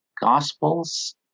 gospels